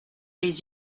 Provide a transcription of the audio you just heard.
les